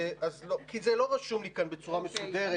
זה לא רשום לי כאן בצורה מסודרת,